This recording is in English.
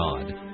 God